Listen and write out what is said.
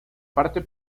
parte